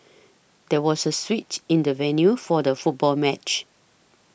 there was a switch in the venue for the football match